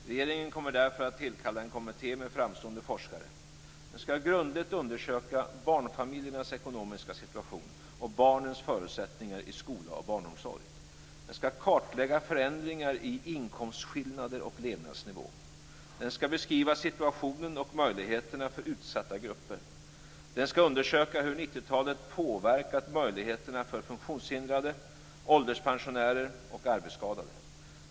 Regeringen kommer därför att tillkalla en kommitté med framstående forskare. Den skall grundligt undersöka barnfamiljernas ekonomiska situation och barnens förutsättningar i skola och barnomsorg. Den skall kartlägga förändringar i inkomstskillnader och levnadsnivå. Den skall beskriva situationen och möjligheterna för utsatta grupper. Den skall undersöka hur 90-talet påverkat möjligheterna för funktionshindrade, ålderspensionärer och arbetsskadade.